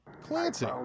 Clancy